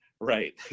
Right